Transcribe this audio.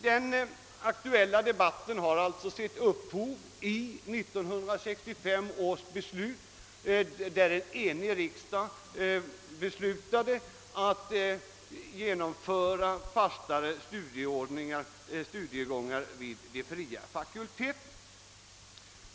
Den aktuella debatten har alltså sitt upphov i 1965 års beslut, då en enig riksdag beslutade att genomföra fastare studiegångar vid de fria fakulteterna.